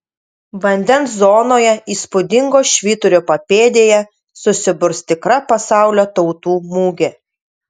vandens zonoje įspūdingo švyturio papėdėje susiburs tikra pasaulio tautų mugė